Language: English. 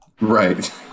Right